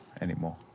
anymore